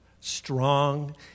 strong